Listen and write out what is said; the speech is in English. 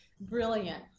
brilliant